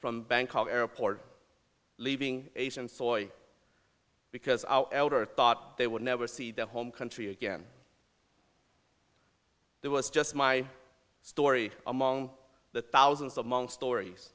from bangkok airport leaving asian soy because our elder thought they would never see their home country again there was just my story among the thousands of monks stories